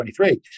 2023